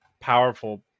powerful